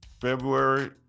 February